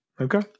okay